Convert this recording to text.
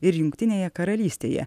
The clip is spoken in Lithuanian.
ir jungtinėje karalystėje